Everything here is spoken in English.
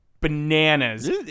bananas